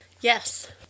Yes